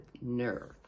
nerve